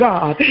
God